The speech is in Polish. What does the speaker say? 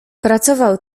pracował